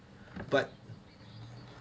but